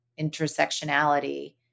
intersectionality